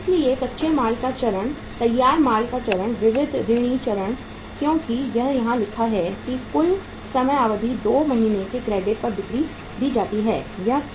इसलिए कच्चे माल का चरण तैयार माल का चरण विविध ऋणी चरण क्योंकि यह यहां लिखा है कि कुल समय अवधि 2 महीने के क्रेडिट पर बिक्री दी जाती है